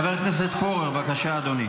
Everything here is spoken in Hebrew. חבר הכנסת פורר, בבקשה, אדוני.